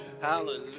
Hallelujah